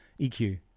EQ